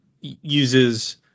uses